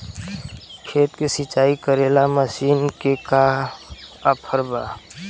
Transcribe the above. खेत के सिंचाई करेला मशीन के का ऑफर बा?